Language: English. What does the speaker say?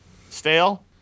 Stale